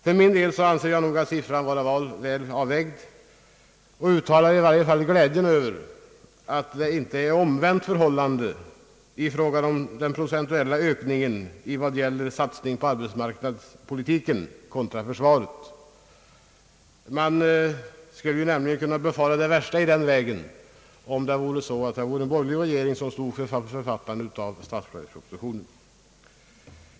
För min del anser jag nog siffran väl avvägd, och jag uttalar i varje fall glädje över att det inte är omvänt förhållande då det gäller den procentuella ökningen på arbetsmarknadspolitik kontra försvar. Man skulle ju nämligen kunna befara det värsta i den vägen om en borgerlig regering stod för författandet av statsverkspropositionen.